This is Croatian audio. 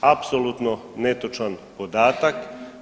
Apsolutno netočan podatak.